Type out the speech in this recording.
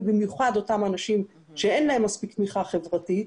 ובמיוחד אותם אנשים שאין להם מספיק תמיכה חברתית